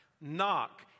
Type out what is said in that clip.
Knock